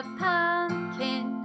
pumpkin